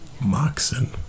moxon